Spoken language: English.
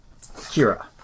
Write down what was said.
Kira